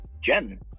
Jen